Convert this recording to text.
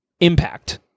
impact